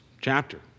chapter